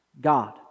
God